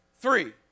three